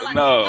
no